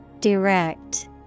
Direct